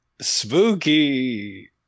Spooky